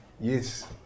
Yes